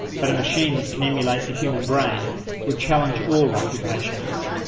but a machine that can emulate the human brain would challenge all occupations,